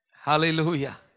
Hallelujah